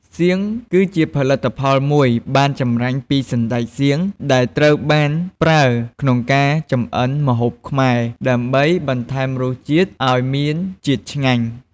សៀង គឺជាផលិតផលមួយបានចម្រាញ់ពីសណ្តែកសៀង ដែលត្រូវបានប្រើក្នុងការចំអិនម្ហូបខ្មែរ ដើម្បីបន្ថែមរសជាតិឱ្យមានជាតិឆ្ងាញ់។